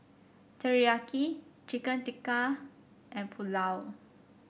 Teriyaki Chicken Tikka and Pulao